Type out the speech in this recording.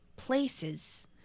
Places